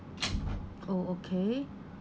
oh okay